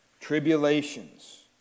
tribulations